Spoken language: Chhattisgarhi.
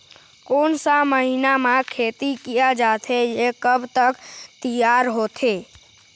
कोन सा महीना मा खेती किया जाथे ये कब तक तियार होथे?